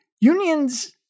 unions